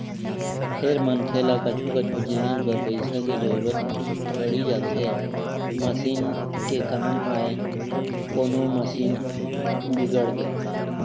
फेर मनखे ल कछु कछु जिनिस बर पइसा के जरुरत पड़ी जाथे मसीन के काम आय कोनो मशीन बिगड़गे